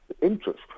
interest